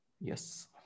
Yes